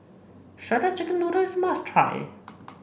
Shredded Chicken Noodles is a must try